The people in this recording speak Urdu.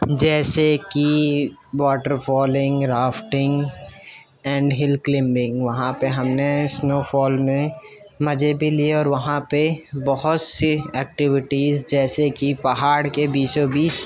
جیسے کہ water falling rafting and hill climbing وہاں پہ ہم نے سنو فال میں مزے بھی لیے اور وہاں پہ بہت سی ایکٹیوٹیز جیسے کہ پہاڑ کے بیچو بیچ